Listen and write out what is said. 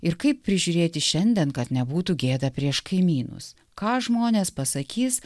ir kaip prižiūrėti šiandien kad nebūtų gėda prieš kaimynus ką žmonės pasakys